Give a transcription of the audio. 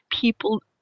people